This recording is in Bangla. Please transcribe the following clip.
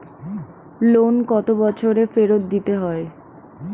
লোন কত বছরে ফেরত দিতে হয়?